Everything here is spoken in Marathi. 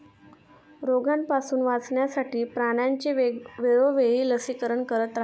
रोगापासून वाचवण्यासाठी प्राण्यांचे वेळोवेळी लसीकरण करत रहा